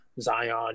Zion